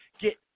get